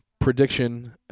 prediction